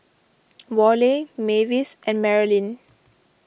Worley Mavis and Marolyn